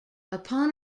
upon